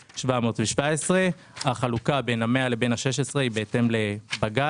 מספר 717. החלוקה בין ה-100 לבין ה-16 היא בהתאם לבג"ץ,